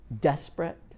desperate